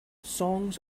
songs